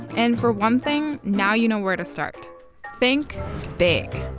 and for one thing, now you know where to start think big.